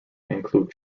include